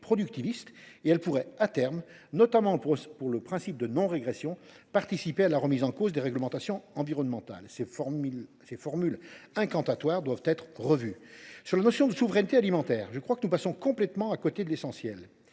et elles pourraient à terme, notamment pour le principe de « non régression », participer à la remise en cause des réglementations environnementales. Ces formules incantatoires doivent être revues. Sur la notion de souveraineté alimentaire, je crois que nous passons complètement à côté de l’essentiel,